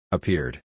Appeared